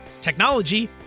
technology